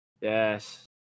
Yes